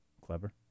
Clever